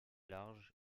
large